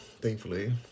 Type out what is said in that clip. thankfully